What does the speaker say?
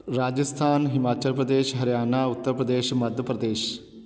Rajasthan Himachal Pradesh Haryana Uttar Pradesh Madhya Pradesh